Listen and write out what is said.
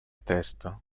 testo